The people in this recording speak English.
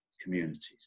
communities